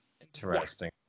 Interesting